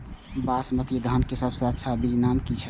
बासमती धान के सबसे अच्छा बीज के नाम की छे?